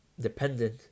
dependent